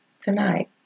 tonight